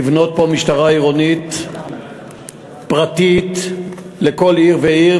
לבנות פה משטרה עירונית פרטית לכל עיר ועיר,